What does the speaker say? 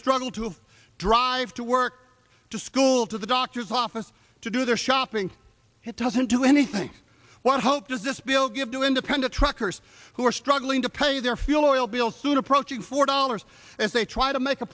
struggle to drive to work to school to the doctor's office to do their shopping it doesn't do anything what hope does this bill give to independent truckers who are struggling to pay their fuel or will bill soon approaching four dollars as they try to make a